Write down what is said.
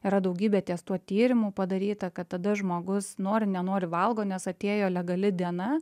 yra daugybė ties tuo tyrimų padaryta kad tada žmogus nori nenori valgo nes atėjo legali diena